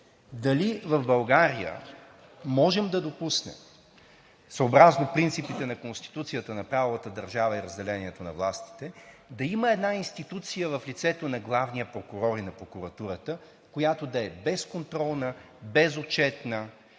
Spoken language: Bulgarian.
дали в България можем да допуснем съобразно принципите на Конституцията на правовата държава и разделението на властите, да има една институция в лицето на главния прокурор и на прокуратурата, която да е безконтролна, безотчетна,